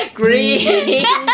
green